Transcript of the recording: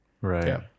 right